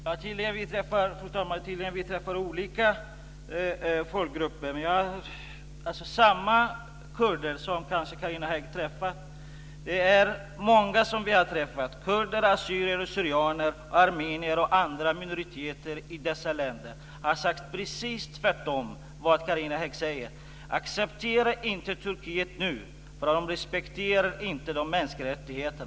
Fru talman! Vi träffar tydligen olika folkgrupper. Jag har träffat många. Kurder, assyrier/syrianer, armenier och andra minoriteter i dessa länder har sagt precis tvärtemot det Carina Hägg säger. De säger: Acceptera inte Turkiet nu, för landet respekterar inte mänskliga rättigheter.